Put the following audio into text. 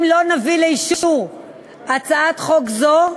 אם לא נביא לאישור הצעת חוק זו,